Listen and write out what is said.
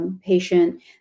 Patient